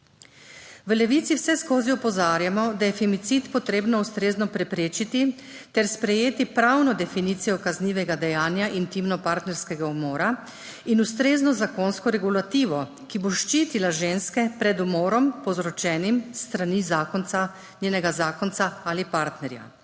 V Levici vseskozi opozarjamo, da je femicid potrebno ustrezno preprečiti ter sprejeti pravno definicijo kaznivega dejanja intimnopartnerskega umora in ustrezno zakonsko regulativo, ki bo ščitila ženske pred umorom, povzročenim s strani njenega zakonca ali partnerja.